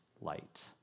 light